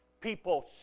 People